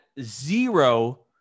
zero